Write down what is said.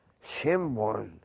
symbol